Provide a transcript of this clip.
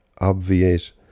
obviate